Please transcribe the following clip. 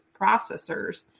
processors